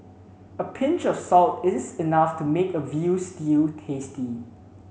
a pinch of salt is enough to make a veal stew tasty